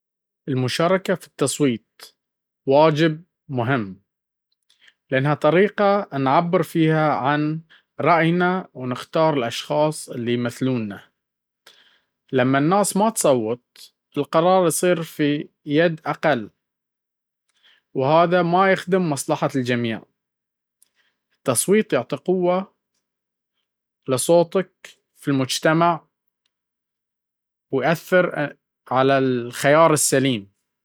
المشاركة في التصويت واجب مهم، لأنها طريقة نعبر فيها عن رأينا ونختار الأشخاص اللي يمثلونا. لما الناس ما تصوت، القرار يصير في يد أقل، وهذا ما يخدم مصلحة الجميع. التصويت يعطي قوة لصوتك ويأثر في المجتمع ويأثر في القرار السليم.